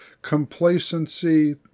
Complacency